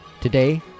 Today